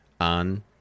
on